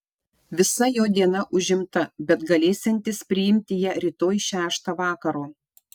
visa jo diena užimta bet galėsiantis priimti ją rytoj šeštą vakaro